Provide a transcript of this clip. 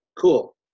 Cool